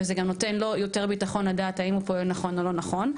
וזה גם נותן לו יותר ביטחון לדעת אם הוא פועל נכון או לא נכון.